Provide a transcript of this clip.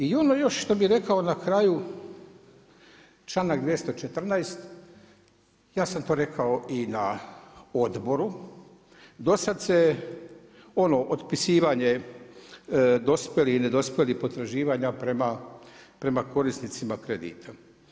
I ono još što bih rekao na kraju članak 214., ja sam to rekao i na odboru, do sada se je ono otpisivanje dospjelih i nedospjelih potraživanja prema korisnicima kredita.